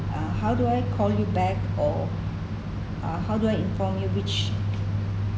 uh how do I call you back or or uh how do I inform you which